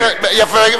יפה,